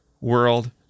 world